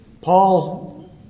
Paul